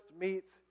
meets